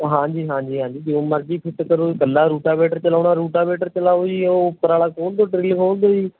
ਹਾਂਜੀ ਹਾਂਜੀ ਹਾਂਜੀ ਜੋ ਮਰਜ਼ੀ ਫਿੱਟ ਕਰੋ ਜੀ ਕੱਲਾ ਰੂਟਾਵੀਟਰ ਚਲਾਉਣਾ ਰੂਟਾਵੀਟਰ ਚਲਾਓ ਜੀ ਉਹ ਉੱਪਰ ਵਾਲਾ ਖੋਲ੍ਹ ਦਿਓ ਡਰਿੱਲ ਖੋਲ੍ਹ ਦਿਓ ਜੀ